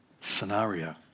scenario